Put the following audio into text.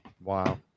Wow